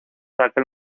raquel